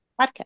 podcast